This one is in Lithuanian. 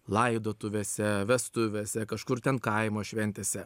laidotuvėse vestuvėse kažkur ten kaimo šventėse